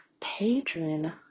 Patron